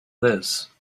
this